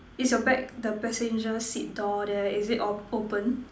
is your bag the passenger seat door there is it all open